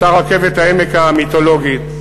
אותה רכבת העמק המיתולוגית,